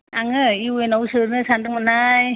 आङो इउ एन आव सोनो सानदोंमोनहाय